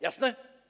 Jasne?